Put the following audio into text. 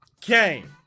game